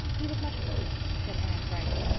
he was much pleased, said anne brightly.